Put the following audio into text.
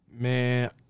Man